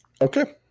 Okay